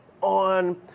on